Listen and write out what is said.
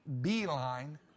beeline